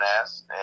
ass